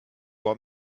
want